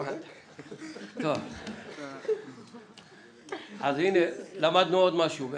אז הנה למדנו עוד משהו.